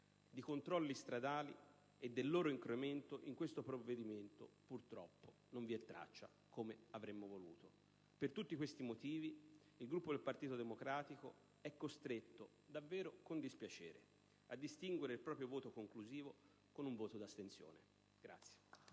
Di controlli stradali e del loro incremento, in questo provvedimento, purtroppo, non vi è traccia, come avremmo invece voluto. Per tutti questi motivi, il Gruppo del Partito Democratico è costretto, davvero con dispiacere, a distinguere il proprio voto conclusivo con un'astensione.